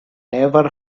never